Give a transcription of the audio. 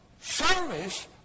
service